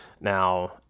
Now